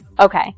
Okay